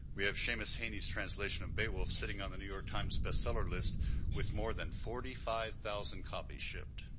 we have seamus heaney's translation of beowulf sitting on the new york times bestseller list with more than forty five thousand copies shipped.